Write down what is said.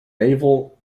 naval